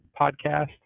podcast